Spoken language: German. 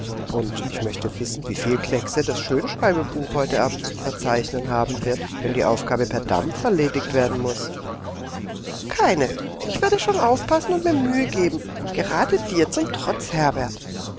und ich möchte wissen wie viel kleckse das schönschreibebuch heute abend zu verzeichnen haben wird wenn die aufgabe per dampf erledigt werden muß keine ich werde schon aufpassen und mir mühe geben gerade dir zum trotz herbert